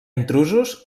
intrusos